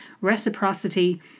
reciprocity